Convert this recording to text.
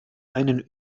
einen